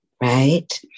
right